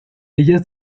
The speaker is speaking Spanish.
ellas